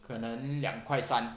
可能两块三